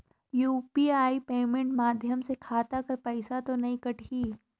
UPI payment माध्यम से खाता कर पइसा तो नी कटही?